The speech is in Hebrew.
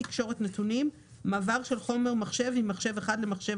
"תקשורת נתונים" מעבר של חומר מחשב ממחשב אחד למחשב